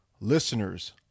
listeners